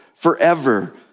Forever